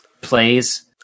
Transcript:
plays